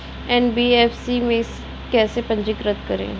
NBFC में कैसे पंजीकृत करें?